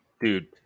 Dude